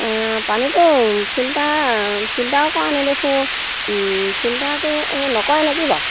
পানীটো ফিল্টাৰ ফিল্টাৰো কৰা ন দেখোঁ ফিল্টাৰটো নকৰে নেকি বাৰু